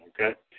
okay